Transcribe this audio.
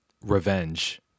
Revenge